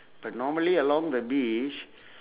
but normally along the beach